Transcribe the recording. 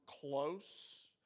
close